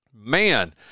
Man